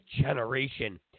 generation